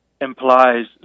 implies